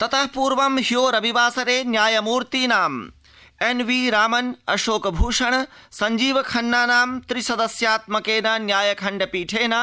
ततः पूर्व हयो रविवासरे न्यायमूर्तीनां एन्वीरामन् अशोकभूषण सञ्जीवखन्नानां त्रिसदस्यात्केन न्यायखण्डपीठेन